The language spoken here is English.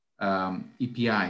Epi